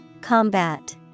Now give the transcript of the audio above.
Combat